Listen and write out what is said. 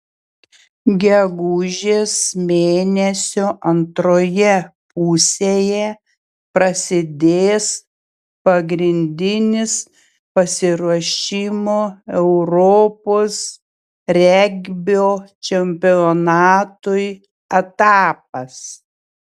gegužės mėnesio antroje pusėje prasidės pagrindinis pasiruošimo europos regbio čempionatui etapas